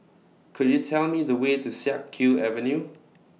Could YOU Tell Me The Way to Siak Kew Avenue